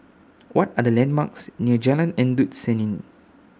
What Are The landmarks near Jalan Endut Senin